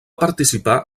participar